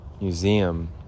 museum